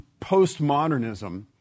postmodernism